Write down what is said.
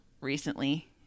recently